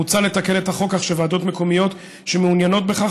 מוצע לתקן את החוק כך שוועדות מקומיות שמעוניינות בכך